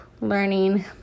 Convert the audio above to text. learning